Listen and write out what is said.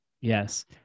Yes